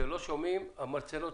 התקשורת (בזק ושידורים),